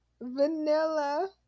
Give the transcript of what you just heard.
Vanilla